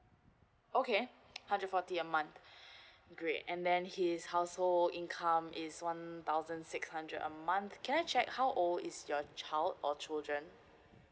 okay hundred forty a month great and then his household income is one thousand six hundred a month can I check how old is your child or children